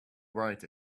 write